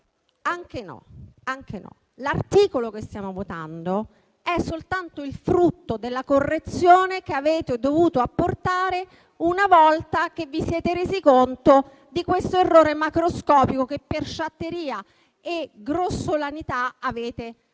che sono intervenuti. L'articolo che stiamo votando è soltanto il frutto della correzione che avete dovuto apportare una volta che vi siete resi conto di questo errore macroscopico, che per sciatteria e grossolanità avevate